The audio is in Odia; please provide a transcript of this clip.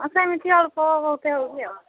ହଁ ସେମିତିି ଅଳ୍ପ ବହୁତେ ହେଉଛି ଆଉ